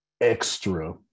extra